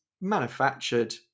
manufactured